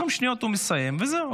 20 שניות, הוא מסיים וזהו.